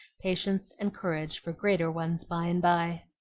patience, and courage for greater ones by-and-by.